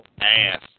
ass